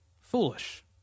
foolish